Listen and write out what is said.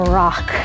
rock